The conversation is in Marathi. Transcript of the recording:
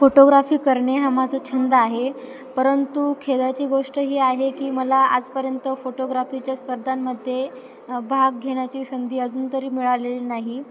फोटोग्राफी करणे हा माझा छंद आहे परंतु खेदाची गोष्ट ही आहे की मला आजपर्यंत फोटोग्राफीच्या स्पर्धांमध्ये भाग घेण्याची संधी अजून तरी मिळालेली नाही